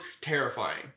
terrifying